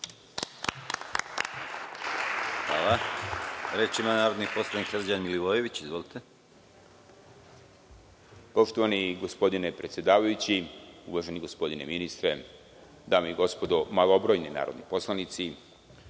Hvala. Reč ima narodni poslanik Srđan Milivojević. Izvolite. **Srđan Milivojević** Poštovani gospodine predsedavajući, uvaženi gospodine ministre, dame i gospodo malobrojni narodni poslanici,